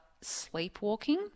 sleepwalking